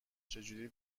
چجوری